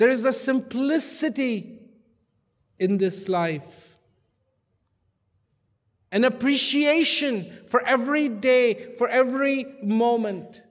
there is a simplicity in this life and appreciation for every day for every moment